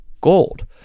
gold